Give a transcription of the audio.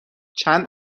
چند